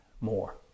more